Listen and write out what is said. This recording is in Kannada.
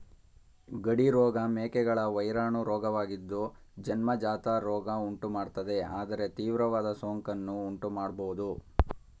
ಗಡಿ ರೋಗ ಮೇಕೆಗಳ ವೈರಾಣು ರೋಗವಾಗಿದ್ದು ಜನ್ಮಜಾತ ರೋಗ ಉಂಟುಮಾಡ್ತದೆ ಆದರೆ ತೀವ್ರವಾದ ಸೋಂಕನ್ನು ಉಂಟುಮಾಡ್ಬೋದು